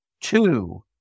Two